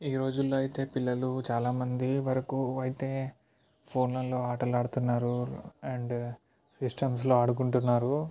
ఈ రోజుల్లో అయితే పిల్లలు చాలామంది వరుకు అయితే ఫోన్లల్లో ఆటలు ఆడుతున్నారు అండ్ సిస్టమ్స్లో ఆడుకుంటున్నారు